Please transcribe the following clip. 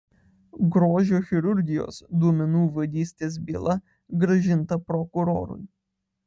grožio chirurgijos duomenų vagystės byla grąžinta prokurorui